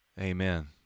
Amen